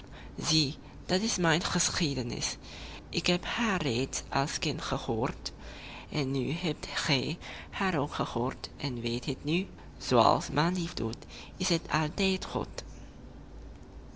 zie dat is mijn geschiedenis ik heb haar reeds als kind gehoord en nu hebt gij haar ook gehoord en weet het nu zooals manlief doet is het